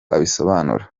abisobanura